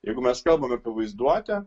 jeigu mes kalbam apie vaizduotę